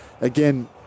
again